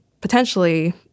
potentially